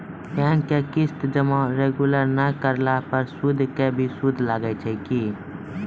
Bank के किस्त जमा रेगुलर नै करला पर सुद के भी सुद लागै छै कि?